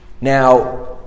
Now